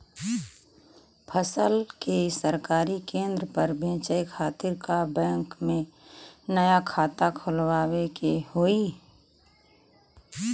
फसल के सरकारी केंद्र पर बेचय खातिर का बैंक में नया खाता खोलवावे के होई?